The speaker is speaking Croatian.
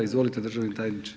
Izvolite državni tajniče.